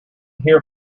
here